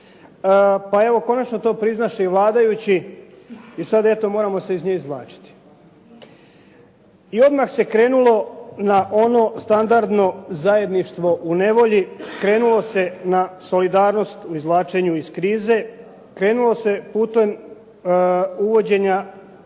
Pa evo konačno to priznaše i vladajući i sada eto moramo se iz nje izvlačiti. I odmah se krenulo na ono standardno zajedništvo u nevolji, krenulo se na solidarnost u izvlačenju iz krize. Krenulo se putem uvođenja